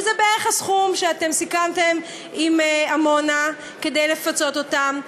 שזה בערך הסכום שאתם סיכמתם עם עמונה כדי לפצות אותם,